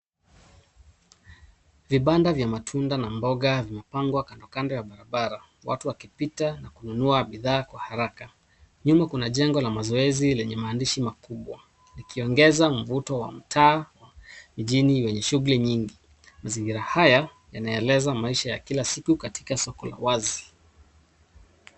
Vibanda vya matunda na mboga vimepangwa kando kando ya barabara watu wakipita na kununua bidhaa kwa haraka. Nyuma kuna jengo la mazoezi lenye maandishi makubwa likiongeza mvuto wa mtaa wa mjini wenye shughuli nyingi. Mazingira haya yanaeleza maisha ya kila siku katika soko la wazi.